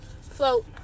float